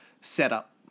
setup